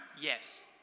Yes